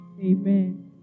Amen